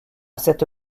cette